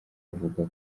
avuga